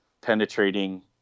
penetrating